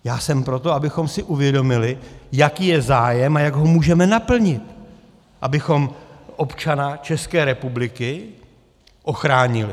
Já jsem pro to, abychom si uvědomili, jaký je zájem a jak ho můžeme naplnit, abychom občana České republiky ochránili.